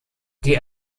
die